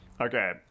Okay